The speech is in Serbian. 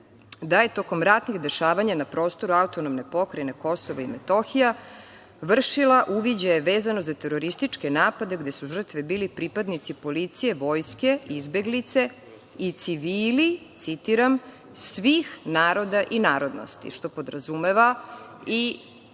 da je tokom ratnih dešavanja na prostoru AP KiM, vršila uviđaje vezano za terorističke napade, gde su žrtve bili pripadnici policije, vojske, izbeglice i civili, citiram – svih naroda i narodnosti, što podrazumeva i